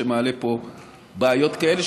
שמעלה פה בעיות כאלה,